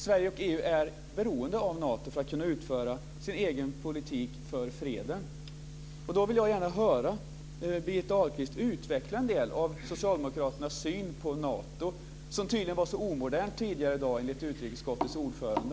Sverige och EU är beroende av Nato för att kunna utföra sin egen politik för freden. Jag vill gärna höra Birgitta Ahlqvist utveckla en del av socialdemokraternas syn på Nato, som tidigare i dag tydligen var så omodernt enligt utrikesutskottets ordförande.